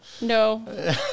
No